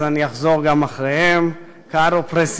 אז אני אחזור גם אחריהם: Caro presidente,